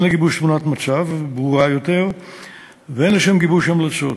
הן לגיבוש תמונת מצב ברורה יותר והן לשם גיבוש המלצות.